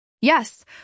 Yes